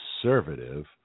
conservative